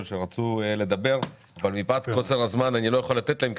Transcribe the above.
שרצו לדבר אבל מפאת קוצר הזמן אני לא יכול לתת להם.